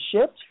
shift